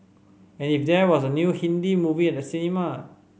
and if there was a new Hindi movie at the cinema